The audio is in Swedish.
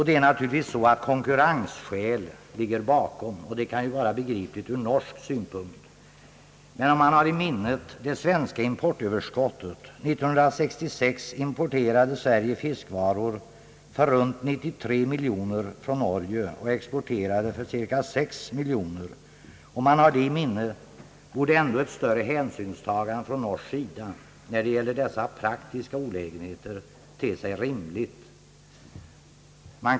Det är naturligtvis konkurrensskäl som ligger bakom, och det kan ju vara begripligt ur norsk synpunkt. Men om man har i minnet det svenska importöverskottet — 1966 importerade Sverige fiskvaror för i runt tal 93 miljoner från Norge och exporterade för cirka 6 miljoner till Norge — borde ändå ett större hänsynstagande från norsk sida, när det gäller dessa praktiska olägenheter, te sig rimligt.